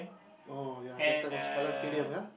oh ya that time was Kallang-Stadium yeah